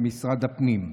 במשרד הפנים.